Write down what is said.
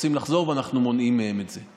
רוצים לחזור ואנחנו מונעים מהם את זה.